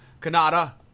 Canada